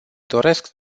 doresc